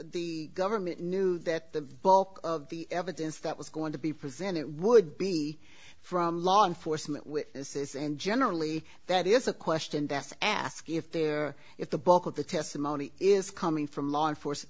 government knew that the bulk of the evidence that was going to be present it would be from law enforcement and generally that is a question that's asking if they're if the bulk of the testimony is coming from law enforce